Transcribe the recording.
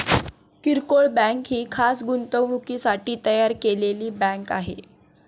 किरकोळ बँक ही खास गुंतवणुकीसाठी तयार केलेली बँक आहे